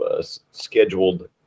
scheduled